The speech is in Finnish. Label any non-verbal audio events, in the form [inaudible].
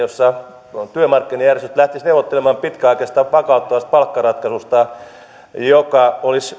[unintelligible] jossa työmarkkinajärjestöt lähtisivät neuvottelemaan pitkäaikaisesta vakauttavasta palkkaratkaisusta joka olisi